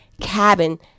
cabin